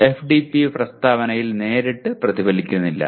FDP പ്രസ്താവനയിൽ നേരിട്ട് പ്രതിഫലിക്കുന്നില്ല